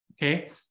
Okay